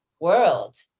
world